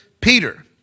Peter